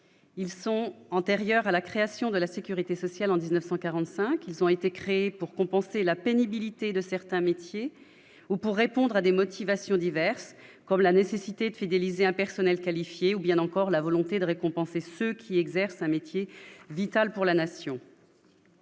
ils sont antérieurs à la création de la Sécurité sociale en 1945 ils ont été créés pour compenser la pénibilité de certains métiers ou pour répondre à des motivations diverses comme la nécessité de fidéliser un personnel qualifié, ou bien encore la volonté de récompenser ceux qui exercent un métier vital pour la nation.